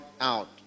out